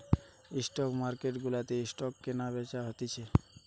stock market গুলাতে stock কেনা বেচা হতিছে